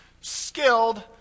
skilled